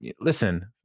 listen